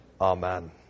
Amen